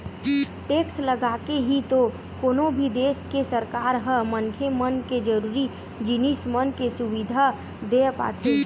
tax लगाके ही तो कोनो भी देस के सरकार ह मनखे मन के जरुरी जिनिस मन के सुबिधा देय पाथे